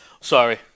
Sorry